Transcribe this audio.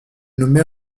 nommée